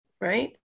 right